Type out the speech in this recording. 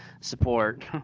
support